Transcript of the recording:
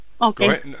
okay